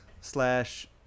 slash